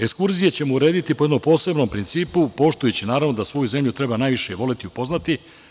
Ekskurzije ćemo urediti po jednom posebnom principu, poštujući, naravno, da svoju zemlju treba najviše voleti i upoznati.